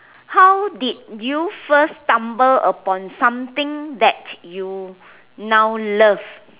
how did you first stumble upon something that you now love